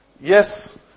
Yes